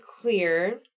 clear